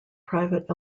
private